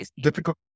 difficult